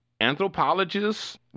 anthropologists